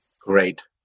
great